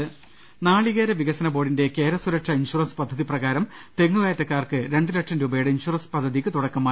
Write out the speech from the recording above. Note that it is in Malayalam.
രുട്ട്ട്ട്ട്ട്ട്ട്ട്ട നാളികേരിവികസന ബോർഡിന്റെ കേര സുരക്ഷ ഇൻഷൂറൻസ് പദ്ധ തിപ്രകാരം തെങ്ങുകയറ്റക്കാർക്ക് രണ്ടുലക്ഷം രൂപയുടെ ഇൻഷൂറൻസ് പദ്ധ തിക്ക് തുടക്കമായി